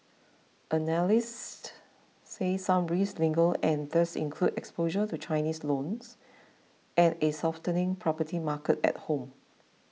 analysts say some risks linger and these include exposure to Chinese loans and a softening property market at home